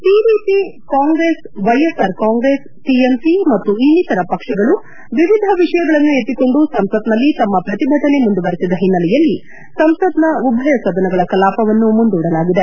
TDP Congress YSR Congress TMC ಮತ್ತು ಇನ್ನಿತರ ಪಕ್ಷಗಳು ವಿವಿಧ ವಿಷಯಗಳನ್ನು ಎತ್ತಿಕೊಂಡು ಸಂಸತ್ನಲ್ಲಿ ತಮ್ನ ಪ್ರತಿಭಟನೆ ಮುಂದುವರೆಸಿದ ಹಿನ್ನೆಲೆಯಲ್ಲಿ ಸಂಸತ್ನ ಉಭಯ ಸದನಗಳ ಕಲಾಪವನ್ನು ಮುಂದೂಡಲಾಗಿದೆ